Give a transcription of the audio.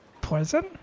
poison